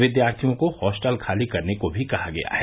विद्यार्थियों को हॉस्टल खाली करने को भी कहा गया है